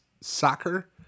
Soccer